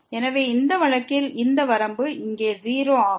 எனவே இந்த வழக்கில் இந்த வரம்பு இங்கே 0 ஆகும்